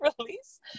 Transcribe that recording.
release